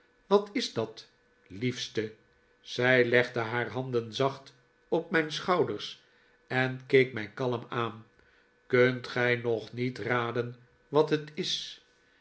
wat is dat liefste zij legde haar handen zacht op mijn schouders en keek mij kalm aan kunt gij nog niet raden wat het is